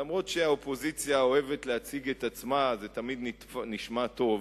ואף-על-פי שהאופוזיציה אוהבת להציג את עצמה זה תמיד נשמע טוב,